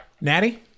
Natty